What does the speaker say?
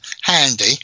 handy